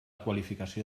qualificació